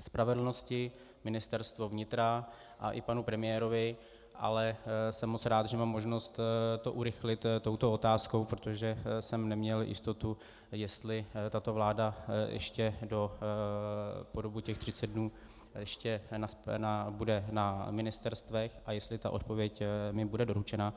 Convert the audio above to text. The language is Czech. spravedlnosti, Ministerstvo vnitra a i panu premiérovi, ale jsem moc rád, že mám možnost to urychlit touto otázkou, protože jsem neměl jistotu, jestli tato vláda ještě po dobu těch 30 dnů bude na ministerstvech a jestli ta odpověď mi bude doručena.